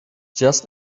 just